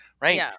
right